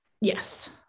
Yes